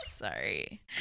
Sorry